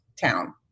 town